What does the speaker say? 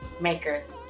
makers